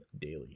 daily